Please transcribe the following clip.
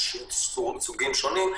יש סוגים שונים.